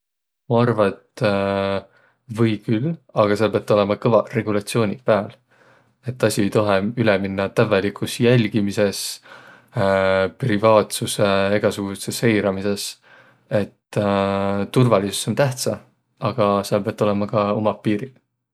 Maq arva, et või küll, aga sääl piät olõma kõvaq regulatsiooniq pääl. Et asi ei toheq minnäq üle tävveligus jälgmises, privaatsusõ ja egäsugutsõs seiramises. Et turvalisus om tähtsä, aga sääl piät olõma ka umaq piiriq.